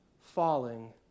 falling